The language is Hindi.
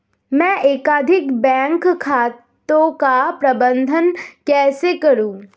मैं एकाधिक बैंक खातों का प्रबंधन कैसे करूँ?